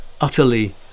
utterly